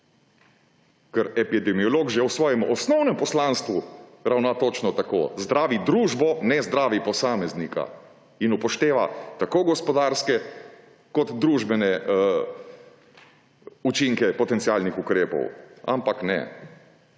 ker epidemiolog že v svojem osnovnem poslanstvu ravna točno tako − zdravi družbo, ne zdravi posameznika in upošteva tako gospodarske kot družbene učinke potencialnih ukrepov. Ampak ne!